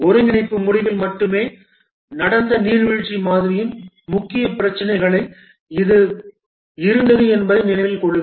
ஒருங்கிணைப்பு முடிவில் மட்டுமே நடந்த நீர்வீழ்ச்சி மாதிரியின் முக்கிய பிரச்சினையாக இது இருந்தது என்பதை நினைவில் கொள்ளுங்கள்